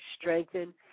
strengthen